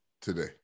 today